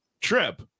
trip